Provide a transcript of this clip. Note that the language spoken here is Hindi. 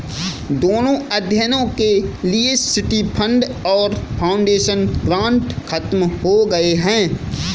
दोनों अध्ययनों के लिए सिटी फंड और फाउंडेशन ग्रांट खत्म हो गए हैं